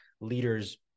leaders